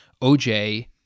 OJ